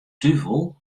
duvel